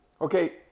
Okay